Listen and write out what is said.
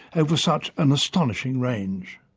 over such an astonishing range?